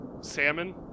salmon